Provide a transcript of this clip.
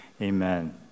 amen